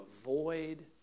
avoid